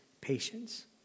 patience